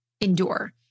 endure